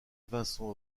vincent